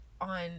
on